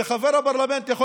וחבר הפרלמנט יכול